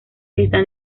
están